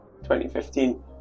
2015